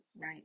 Right